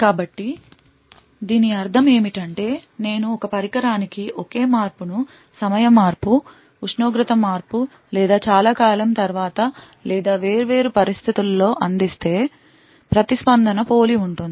కాబట్టి దీని అర్థం ఏమిటంటే నేను ఒకే పరికరానికి ఒకే మార్పును సమయ మార్పు ఉష్ణోగ్రత మార్పు లేదా చాలా కాలం తర్వాత లేదా వేర్వేరు పరిస్థితులతో అందిస్తే ప్రతిస్పందన పోలి ఉంటుంది